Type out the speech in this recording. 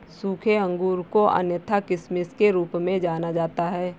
सूखे अंगूर को अन्यथा किशमिश के रूप में जाना जाता है